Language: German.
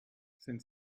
sind